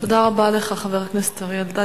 תודה רבה לך, חבר הכנסת אריה אלדד.